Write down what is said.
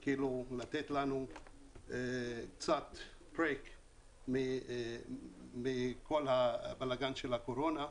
זה כאילו לתת לנו קצת break מכל הבלגן של הקורונה,